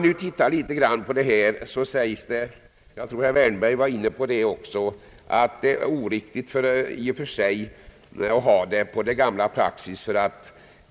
Nu säger man — jag tror att också herr Wärnberg var inne på detta — att det i och för sig är oriktigt att tillämpa äldre praxis.